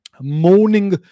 moaning